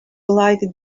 like